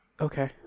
Okay